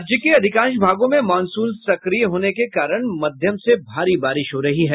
राज्य के अधिकांश भागों में मॉनसून सक्रिय होने के कारण मध्यम से भारी बारिश हो रही है